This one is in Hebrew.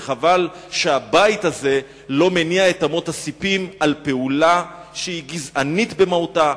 וחבל שהבית הזה לא מניע את אמות הספים על פעולה שהיא גזענית במהותה,